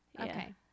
Okay